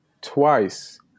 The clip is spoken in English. twice